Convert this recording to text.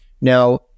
Now